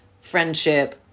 friendship